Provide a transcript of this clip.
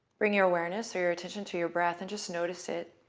bring your awareness or your attention to your breath and just notice it.